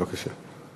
בבקשה.